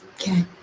okay